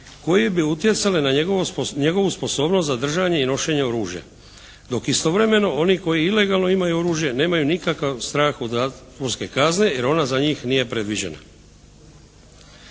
koji bi utjecale na njegovu sposobnost za držanje i nošenje oružja, dok istovremeno oni koji ilegalno imaju oružje nemaju nikakav strah od zatvorske kazne jer ona za njih nije predviđena.